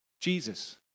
Jesus